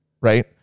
right